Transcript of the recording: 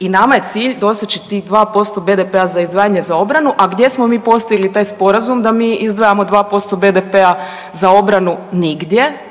I nama je cilj doseći tih 2% BDP-a za izdvajanje za obranu. A gdje smo mi postigli taj sporazum da mi izdvajamo 2% BDP-a za obranu? Nigdje.